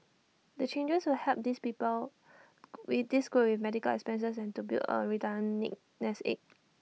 the changes will help this people with medical expenses and to build A retirement nest egg